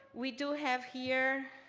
we do have here